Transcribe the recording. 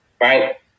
right